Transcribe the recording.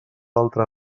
altre